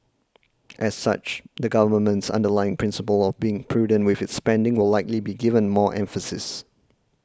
as such the Government's underlying principle of being prudent with its spending will likely be given more emphasis